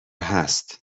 هست